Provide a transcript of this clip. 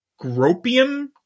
Gropium